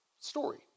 story